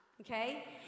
Okay